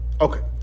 Okay